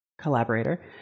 collaborator